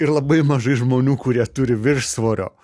ir labai mažai žmonių kurie turi viršsvorio